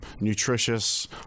nutritious